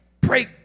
break